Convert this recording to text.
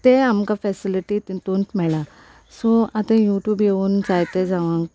तें आमकां फेसिलिटी तितून मेळ्ळां सो आतां यूट्यूब येवन जायते जावंक